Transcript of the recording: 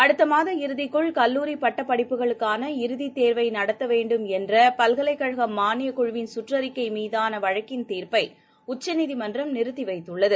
அடுத்தமாத இறுதிக்குள் கல்லூரிபட்டப்படிப்புகளுக்கான இறுதித் தேர்வைநடத்தவேண்டும் என்றபல்கலைக் கழகமானியக்குழவின் சுற்றறிக்கைமீதானவழக்கின் தீர்ப்பைஉச்சநீதிமன்றம் நிறுத்திவைத்துள்ளது